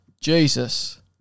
Jesus